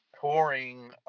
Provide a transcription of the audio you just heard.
touring